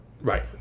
Right